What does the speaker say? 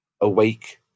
Awake